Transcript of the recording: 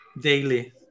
daily